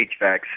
HVAC